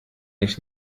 ich